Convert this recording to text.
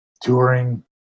touring